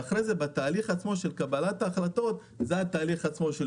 ואחרי כן תהליך קבלת ההחלטות זה התהליך עצמו של